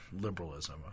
liberalism